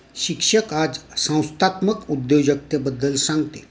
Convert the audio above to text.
शिक्षक आज संस्थात्मक उद्योजकतेबद्दल सांगतील